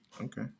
Okay